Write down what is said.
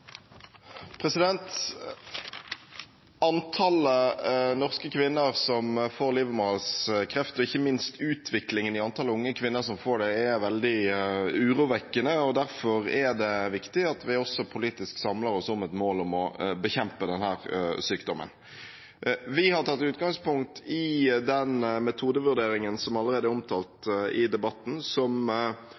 norske kvinner som får livmorhalskreft, og ikke minst utviklingen i antall unge kvinner som får det, er veldig urovekkende, og derfor er det viktig at vi også politisk samler oss om et mål om å bekjempe denne sykdommen. Vi har tatt utgangspunkt i den metodevurderingen som allerede er omtalt i debatten, som